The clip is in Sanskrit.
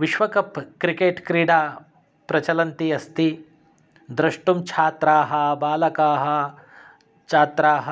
विश्व कप् क्रिकेट् क्रीडा प्रचलन्ती अस्ति द्रष्टुं छात्राः बालकाः छात्राः